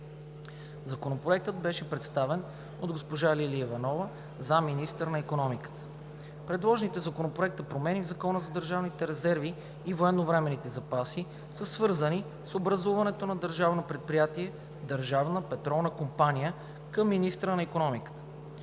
Законопроектът беше представен от госпожа Лилия Иванова – заместник-министър на икономиката. Предложените в Законопроекта промени в Закона за държавните резерви и военновременните запаси са свързани с образуването на Държавно предприятие „Държавна петролна компания“ към министъра на икономиката.